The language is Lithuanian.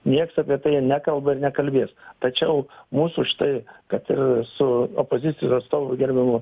nieks apie tai ir nekalba ir nekalbės tačiau mūsų štai kad ir su opozicijų ir atstovu gerbiamu